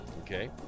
okay